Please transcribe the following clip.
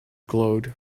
glowed